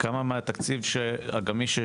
כמה מהתקציב הגמיש שלך,